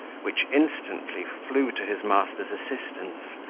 which instantly flew to his master's assistance,